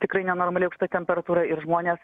tikrai nenormaliai aukšta temperatūra ir žmonės